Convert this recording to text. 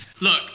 Look